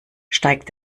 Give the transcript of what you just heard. steigt